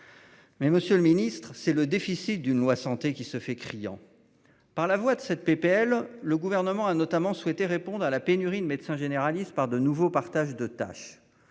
Mais Monsieur le Ministre, c'est le déficit d'une loi santé qui se fait criant. Par la voix de cette PPL, le gouvernement a notamment souhaité répondre à la pénurie de médecins généralistes par de nouveaux partage de tâches.